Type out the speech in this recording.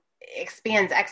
expands